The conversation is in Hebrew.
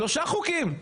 שלושה חוקים,